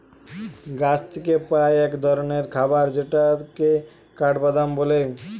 গাছ থিকে পাই এক ধরণের খাবার যেটাকে কাঠবাদাম বলে